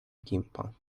gimpo